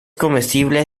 comestible